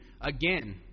again